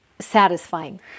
Satisfying